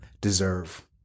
deserve